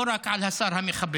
לא רק על השר המחבל.